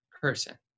person